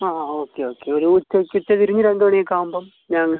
ആ ആ okay okay ഒരു ഉച്ചക്കത്തെ തിരിഞ്ഞ് രണ്ട് മണി ഒക്കെ ആവുമ്പം ഞാൻ